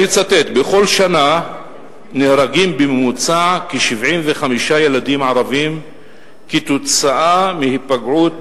אני אצטט: בכל שנה נהרגים בממוצע כ-75 ילדים ערבים כתוצאה מהיפגעות,